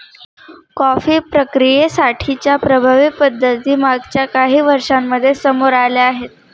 coffee प्रक्रियेसाठी च्या प्रभावी पद्धती मागच्या काही वर्षांमध्ये समोर आल्या आहेत